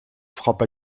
frappa